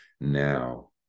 now